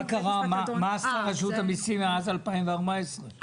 מה עשתה רשות המסים מאז 2014?